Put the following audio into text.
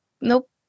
nope